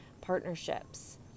partnerships